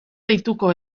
deituko